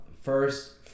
first